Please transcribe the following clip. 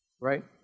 right